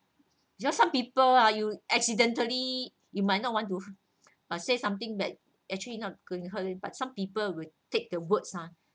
just some people ah you accidentally you might not want to like say something bad actually not going hurt it but some people will take the words ah